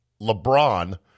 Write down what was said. LeBron